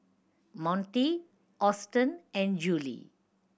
Monty Austen and Juli